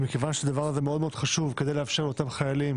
מכיוון שהדבר הזה מאוד מאוד חשוב כדי לאפשר לאותם חיילים